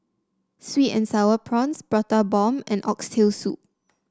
sweet and sour prawns Prata Bomb and Oxtail Soup